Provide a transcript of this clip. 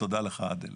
תודה לך, עאדל.